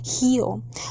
heal